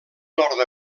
nord